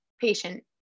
patient